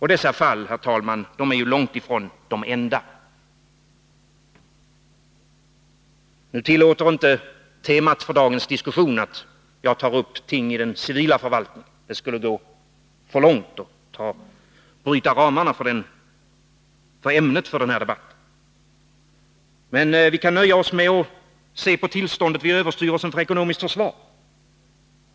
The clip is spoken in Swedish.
Herr talman! Dessa fall är långt ifrån de enda. Nu tillåter inte temat för dagens diskussion att jag tar upp ting i den civila förvaltningen, det skulle ta för lång tid och bryta ramarna för debattens ämne. Men vi kan nöja oss med att se på tillståndet vid överstyrelsen för ekonomiskt försvar.